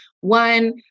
one